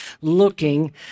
looking